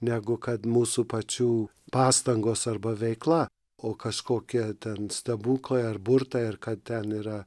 negu kad mūsų pačių pastangos arba veikla o kažkokie ten stebuklai ar burtai ar kad ten yra